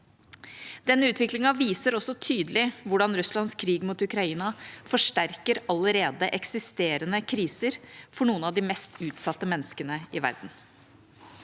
Denne utviklingen viser også tydelig hvordan Russlands krig mot Ukraina forsterker allerede eksisterende kriser for noen av de mest utsatte menneskene i verden.